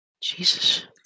Jesus